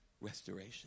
restoration